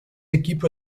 équipes